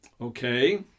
Okay